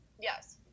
Yes